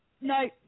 no